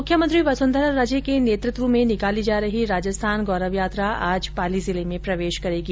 मुख्यमंत्री वसुंधरा राजे के नेतृत्व में निकाली जा रही राजस्थान गौरव यात्रा आज पाली जिले में प्रवेश करेगी